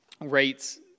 rates